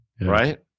right